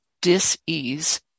dis-ease